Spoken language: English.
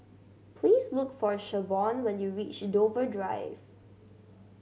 please look for Shavonne when you reach Dover Drive